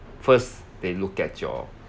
first they look at your